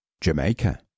Jamaica